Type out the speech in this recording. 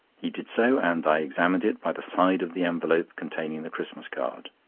he did so, and i examined it by the side of the envelope containing the christmas card.